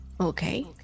okay